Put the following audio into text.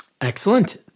Excellent